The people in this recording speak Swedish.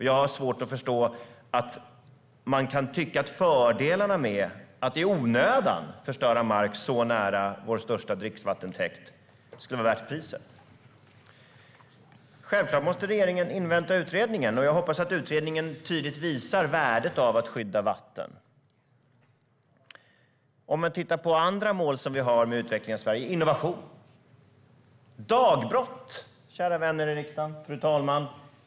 Jag har svårt att förstå att man kan tycka att fördelarna med att i onödan förstöra mark så nära vår största dricksvattentäkt skulle vara värda priset. Självklart måste regeringen invänta utredningen. Jag hoppas att utredningen tydligt kommer att visa värdet av att skydda vatten. Man kan titta på andra mål vi har för utvecklingen i Sverige, till exempel gällande innovation, fru talman.